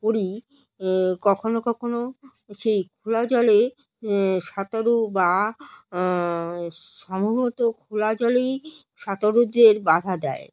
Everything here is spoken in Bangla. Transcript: করি কখনও কখনও সেই খোলা জলে সাঁতারু বা সম্ভবত খোলা জলেই সাঁতারুদের বাধা দেয়